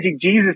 Jesus